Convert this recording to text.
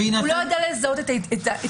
הוא לא יודע לזהות את הדינמיקה.